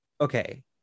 Okay